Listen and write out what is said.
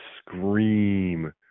scream